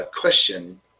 question